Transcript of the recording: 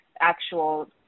actual